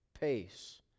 pace